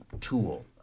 tool